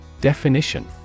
Definition